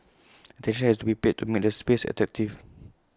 attention has to be paid to make the space attractive